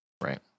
Right